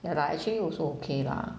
ya lah actually also okay lah